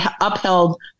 upheld